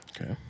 Okay